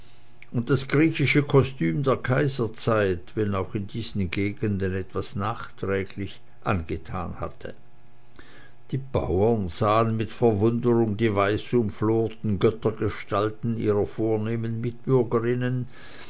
und das griechische kostüm der kaiserzeit wenn auch in diesen gegenden etwas nachträglich angetan hatte die bauern sahen mit verwunderung die weißumflorten göttergestalten ihrer vornehmen mitbürgerinnen